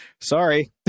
sorry